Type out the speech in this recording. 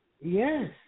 Yes